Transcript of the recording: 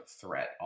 threat